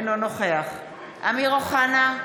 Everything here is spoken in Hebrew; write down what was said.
אינו נוכח אמיר אוחנה,